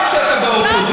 אז מי,